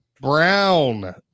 Brown